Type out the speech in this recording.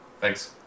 Thanks